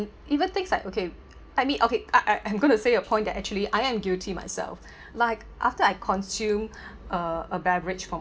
even things like okay let me okay I I'm going to say a point that actually I am guilty myself like after I consume uh a beverage from